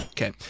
Okay